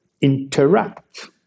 interact